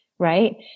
right